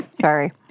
sorry